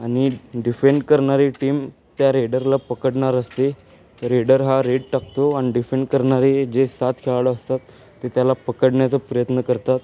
आणि डिफेंड करणारी टीम त्या रेडरला पकडणार असते रेडर हा रेड टाकतो आणि डिफेंड करणारे जे सात खेळाडू असतात ते त्याला पकडण्याचा प्रयत्न करतात